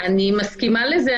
אני מסכימה עם זה,